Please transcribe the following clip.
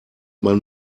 man